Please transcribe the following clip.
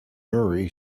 murray